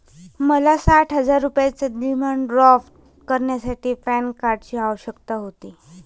मला साठ हजार रुपयांचा डिमांड ड्राफ्ट करण्यासाठी पॅन कार्डची आवश्यकता होती